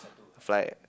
fly